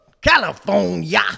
California